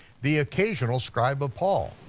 the occasional scribe of paul.